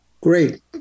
Great